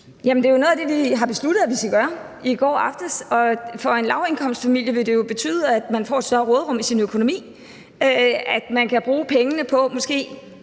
Det er jo noget af det, vi har besluttet at vi skal gøre, i går aftes. For en lavindkomstfamilie vil det jo betyde, at man får et større råderum i sin økonomi, og at man kan bruge pengene på måske